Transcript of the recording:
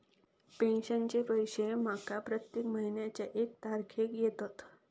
पेंशनचे पैशे माका प्रत्येक महिन्याच्या एक तारखेक येतत